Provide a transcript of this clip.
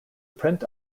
print